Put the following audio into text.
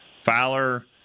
Fowler